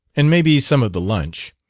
and maybe some of the lunch.